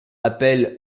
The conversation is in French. appellent